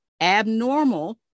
abnormal